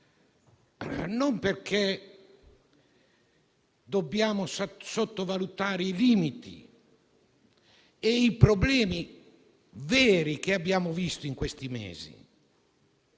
non perché dobbiamo sottovalutare i limiti e i problemi veri che abbiamo incontrato in questi mesi,